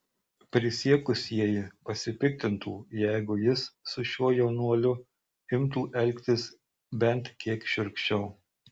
prisiekusieji pasipiktintų jeigu jis su šiuo jaunuoliu imtų elgtis bent kiek šiurkščiau